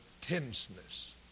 tenseness